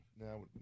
now